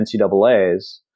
NCAAs